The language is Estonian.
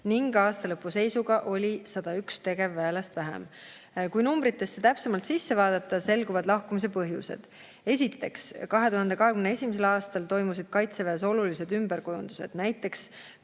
Aastalõpu seisuga oli 101 tegevväelast vähem. Kui numbritesse täpsemalt sisse vaadata, selguvad lahkumise põhjused. Esiteks, 2021. aastal toimusid kaitseväes olulised ümberkujundused, näiteks